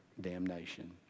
damnation